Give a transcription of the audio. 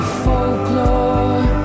folklore